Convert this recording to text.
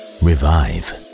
revive